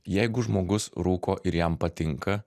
jeigu žmogus rūko ir jam patinka